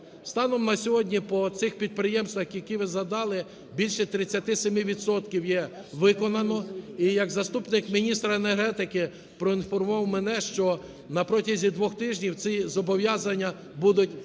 Станом на сьогодні по цих підприємствах, які ви згадали, більше 37 відсотків є виконано. І як заступник міністра енергетики проінформував мене, що на протязі двох тижнів ці зобов'язання будуть виконані.